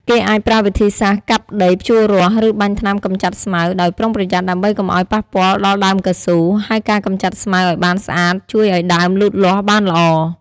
គេអាចប្រើវិធីសាស្រ្តកាប់ដី ភ្ជួររាស់ ឬបាញ់ថ្នាំកម្ចាត់ស្មៅ ដោយប្រុងប្រយ័ត្នដើម្បីកុំឱ្យប៉ះពាល់ដល់ដើមកៅស៊ូ ហើយការកម្ចាត់ស្មៅឱ្យបានស្អាតជួយឱ្យដើមលូតលាស់បានល្អ។